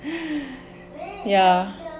ya